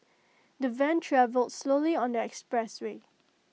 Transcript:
the van travelled slowly on the expressway